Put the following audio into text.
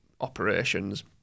operations